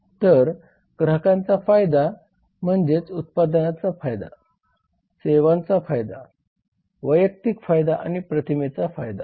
तर ग्राहकाचा फायदा म्हणजे उत्पादनाचा फायदा सेवांचा फायदा वैयक्तिक फायदा आणि प्रतिमेचा फायदा